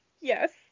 Yes